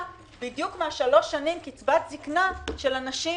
בדיוק מהשלוש שנים קצבת זקנה של הנשים